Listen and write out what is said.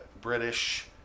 British